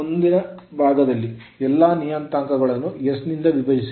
ಮುಂದೆ ಬಲಭಾಗದಲ್ಲಿ ಎಲ್ಲಾ ನಿಯತಾಂಕಗಳನ್ನು s ನಿಂದ ವಿಭಜಿಸಿ